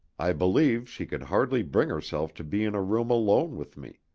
i believe she could hardly bring herself to be in a room alone with me,